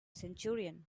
centurion